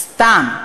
סתם,